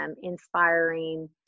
inspiring